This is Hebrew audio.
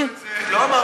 זה כלום.